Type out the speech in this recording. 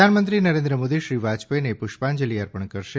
પ્રધાનમંત્રી નરેન્દ્ર મોદી શ્રી વાજપાઈને પુષ્પાંજલિ અર્પણ કરશે